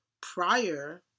prior